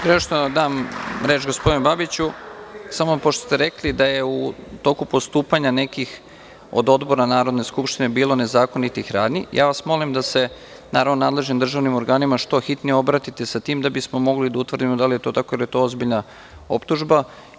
Pre nego što dam reč gospodinu Babiću, pošto ste rekli da je u toku postupanja nekih od odbora Narodne skupštine bilo nezakonitih radnji, molim vas da se nadležnim državnim organima što hitnije obratite sa tim, da bismo mogli da utvrdimo da li je to tako, jer je to ozbiljna optužba.